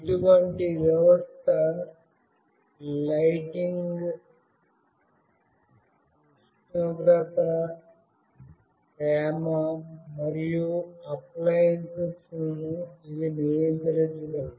ఇటువంటి వ్యవస్థ లైటింగ్ ఉష్ణోగ్రత తేమ మరియు అప్లయెన్సెస్ లను ఇది నియంత్రించగలదు